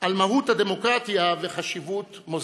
על מהות הדמוקרטיה וחשיבות מוסדותיה.